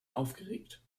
aufgeregt